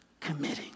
committing